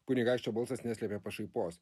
kunigaikščio balsas neslėpė pašaipos